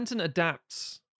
adapts